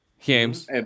James